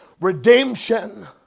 Redemption